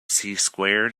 squared